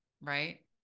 right